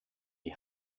die